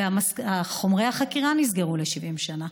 וחומרי החקירה נסגרו ל-70 שנה.